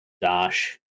dash